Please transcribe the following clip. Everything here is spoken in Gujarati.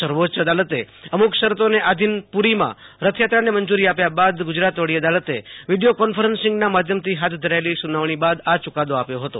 સર્વોચ્ચ અદાલતે અમ્યુક શરતોને આધીન પુરીમાં રથયાત્રાને મંજૂરી આપ્યા બાદ ગુજરાત વડી અદાલતે વિડીયો કોન્ફરન્સના માધ્યમથી હાથ ધરાયેલી સુનાવણ બાદ આ નિર્ણય કર્યો હતો